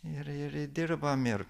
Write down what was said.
ir ir dirbam ir